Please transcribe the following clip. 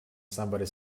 somebody